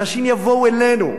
אנשים יבואו אלינו.